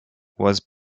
was